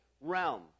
realm